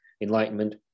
Enlightenment